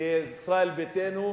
של ישראל ביתנו.